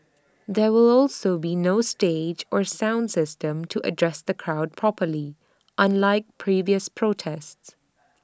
there will also be no stage or sound system to address the crowd properly unlike previous protests